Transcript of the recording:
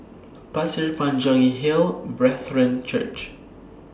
Pasir Panjang Hill Brethren Church